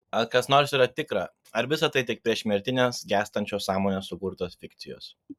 ar kas nors yra tikra ar visa tai yra tik priešmirtinės gęstančios sąmonės sukurtos fikcijos